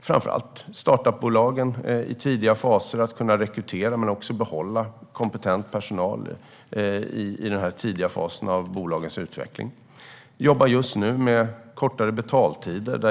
framför allt startup-bolag att rekrytera men också behålla kompetent personal i de tidiga faserna av bolagens utveckling. Vi jobbar just nu med kortare betaltider.